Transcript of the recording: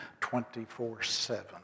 24-7